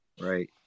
Right